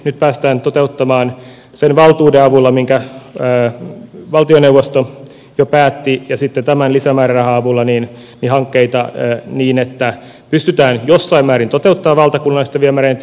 nyt päästään toteuttamaan sen valtuuden avulla minkä valtioneuvosto jo päätti ja sitten tämän lisämäärärahan avulla hankkeita niin että pystytään jossain määrin toteuttamaan valtakunnallista viemäröintiohjelmaa